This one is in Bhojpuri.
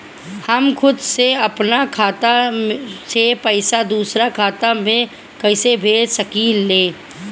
हम खुद से अपना खाता से पइसा दूसरा खाता में कइसे भेज सकी ले?